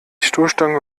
stoßstange